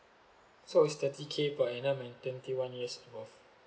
so it's thirty K per annum and twenty one years and above